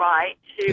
Right